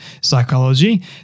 psychology